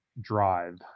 drive